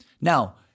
Now